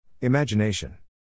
Imagination